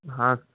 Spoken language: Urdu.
ہاں